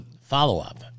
follow-up